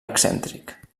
excèntric